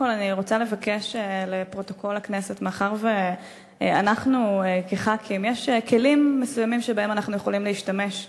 מאחר שהיום דווקא נכשלת בייצוג